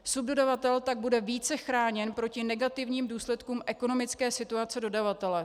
Subdodavatel tak bude více chráněn proti negativním důsledkům ekonomické situace dodavatele.